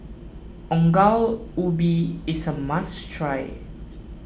Ongol Ubi is a must try